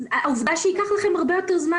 למשל העובדה שייקח לכם הרבה יותר זמן